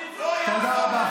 תודה רבה,